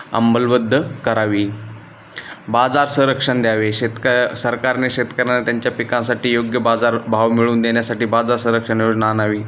अंमल बद्ध् करावी बाजार संरक्षण द्यावे शेतक सरकारने शेतकऱ्यांना त्यांच्या पिकांसाठी योग्य बाजारभाव मिळवून देण्यासाठी बाजार संरक्षण योजना आणावी